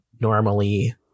normally